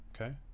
okay